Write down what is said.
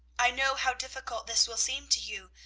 i know how difficult this will seem to you,